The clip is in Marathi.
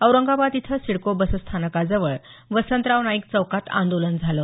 औरंगाबाद इथं सिडको बसस्थानकाजवळ वसंतराव नाईक चौकातही आंदोलन झालं